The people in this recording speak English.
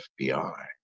FBI